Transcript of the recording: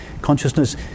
Consciousness